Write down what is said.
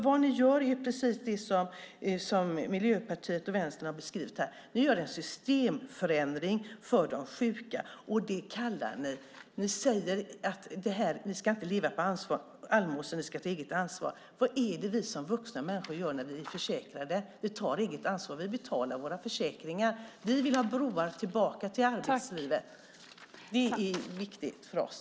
Vad ni gör är precis det som Miljöpartiet och Vänstern har beskrivit här, ni gör en systemförändring för de sjuka. Ni säger till de sjuka att de inte ska leva på allmosor utan att de ska ta eget ansvar. Vad är det som vi vuxna människor gör när vi är försäkrade? Vi tar eget ansvar och betalar våra försäkringar. Vi vill ha broar tillbaka till arbetslivet. Det är viktigt för oss.